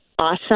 awesome